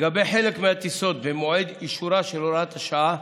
לגבי חלק מהטיסות במועד אישורה של הוראת השעה